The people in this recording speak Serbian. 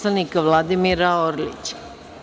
Vladimira Orlića.